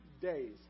days